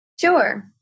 Sure